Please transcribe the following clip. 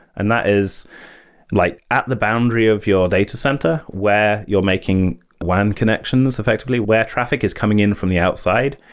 and that is like at the boundary of your data center where you're making one connection effectively where traffic is coming in from the outside.